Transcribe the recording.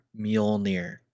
Mjolnir